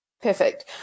Perfect